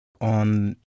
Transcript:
on